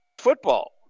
football